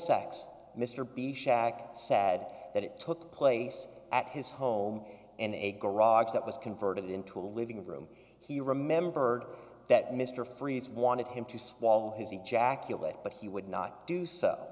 shack sad that it took place at his home in a garage that was converted into a living room he remembered that mr freeze wanted him to swallow his ejaculated but he would not do so